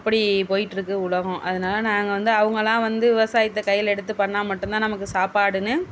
அப்படி போய்ட்டு இருக்கு உலகம் அதனால நாங்கள் வந்து அவங்களா வந்து விவசாயத்தை கையில் எடுத்து பண்ணிணா மட்டும்தான் நமக்கு சாப்பாடுன்னு